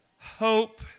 hope